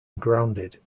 grounded